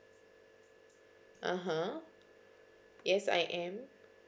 (uh huh) yes I am